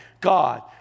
God